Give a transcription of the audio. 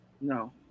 no